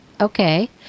Okay